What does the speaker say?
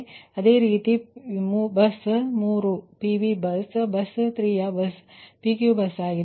ಆದ್ದರಿಂದ ಅದೇ ರೀತಿ ಬಸ್ 3 PVಬಸ್ ಬಸ್ 3 ಯು PQ ಬಸ್ ಆಗಿದೆ